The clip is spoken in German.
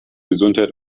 gesundheit